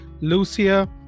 Lucia